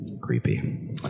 Creepy